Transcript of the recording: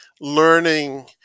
learning